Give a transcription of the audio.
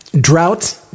Drought